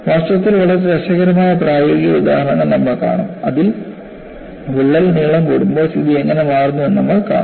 വാസ്തവത്തിൽ വളരെ രസകരമായ പ്രായോഗിക ഉദാഹരണങ്ങൾ നമ്മൾ കാണും അതിൽ വിള്ളൽ നീളം കൂടുമ്പോൾ സ്ഥിതി എങ്ങനെ മാറുന്നു എന്ന് നമ്മൾ കാണും